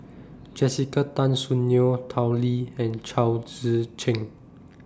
Jessica Tan Soon Neo Tao Li and Chao Tzee Cheng